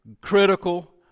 critical